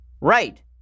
Right